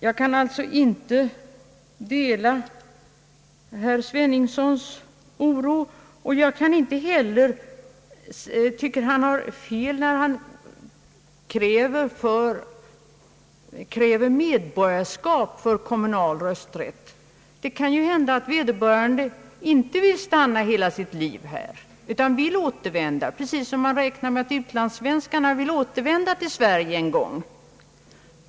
Jag kan alltså inte dela herr Sveningssons oro och inte heller kräva medborgarskap för kommunal rösträtt. Det kan ju hända att vederbörande inte vill stanna hela sitt liv här utan vill återvända till sitt hemland, precis som man räknar med att utlandssvenskarna vill återvända till Sverige en gång.